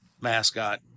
mascot